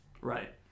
right